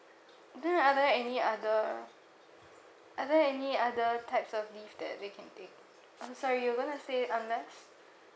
are the other any other are there any other types of leave that they can take I'm sorry you gonna say unless